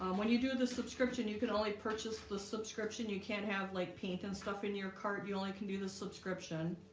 and when you do the subscription, you can only purchase the subscription you can't have like paint and stuff in your cart you only can do the subscription